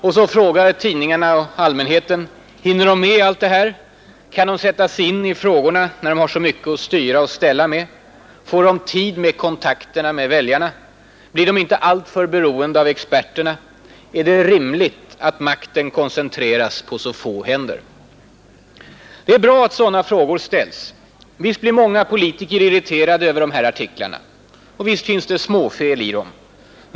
Och så frågar tidningarna allmänheten: Hinner de med allt detta? Kan de sätta sig in i frågorna när de har så mycket att styra och ställa med? Får de tid till kontakter med väljarna? Blir de inte alltför beroende av experterna? Är det rimligt att makten koncentreras på så få händer? Det är bra att sådana frågor ställs, Visst blir många politiker irriterade över de här artiklarna, och visst finns det småfel i dem.